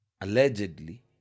Allegedly